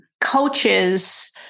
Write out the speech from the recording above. coaches